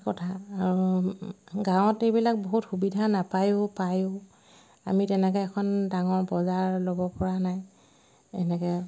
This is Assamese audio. কথা আৰু গাঁৱত এইবিলাক বহুত সুবিধা নাপায়ো পায়ো আমি তেনেকৈ এখন ডাঙৰ বজাৰ ল'ব পৰা নাই এনেকৈ